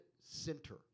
center